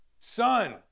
Son